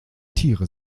tiere